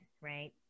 right